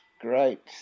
great